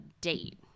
date